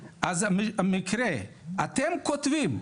אז המקרה, אתם כותבים,